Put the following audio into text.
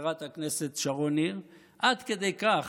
חברת הכנסת שרון ניר, עד כדי כך,